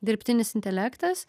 dirbtinis intelektas